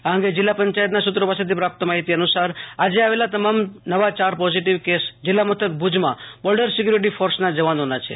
આ અંગે જિલ્લા પંચાયતના સુત્રો પાસેથી પ્રાપ્ત માહિતી અનુસાર આજે આવેલા તમામ નવા ચાર પોઝીટીવ કેસ જિલ્લા મથક ભુજમાં બોર્ડર સિક્યુરીટી ફોર્સના જવાનોના છે